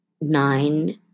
nine